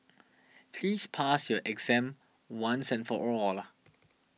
please pass your exam once and for all